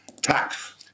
tax